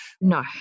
No